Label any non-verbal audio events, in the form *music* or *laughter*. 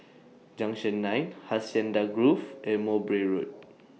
Junction nine Hacienda Grove and Mowbray Road *noise*